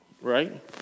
Right